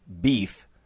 beef